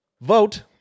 Vote